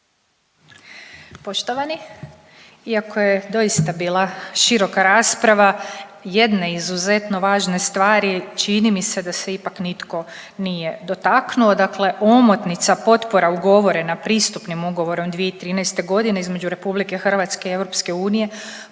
Poštovani, iako je doista bila široka rasprava jedno izuzetno važne stvari čini mi se da se ipak nitko nije dotaknuo. Dakle, omotnica potpora ugovorena pristupnim ugovorom 2013. godine između RH i EU,